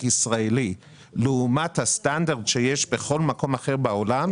ישראלית לעומת הסטנדרט שיש בכל מקום אחר בעולם,